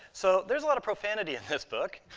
so there's a lot of profanity in this book,